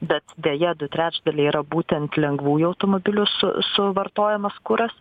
bet deja du trečdaliai yra būtent lengvųjų automobilių su suvartojamas kuras